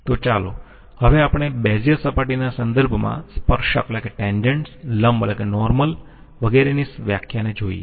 તો ચાલો હવે આપણે બેઝિયર સપાટીના સંદર્ભમાં સ્પર્શક લંબ વગેરેની વ્યાખ્યાને જોઈએ